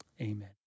amen